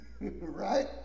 right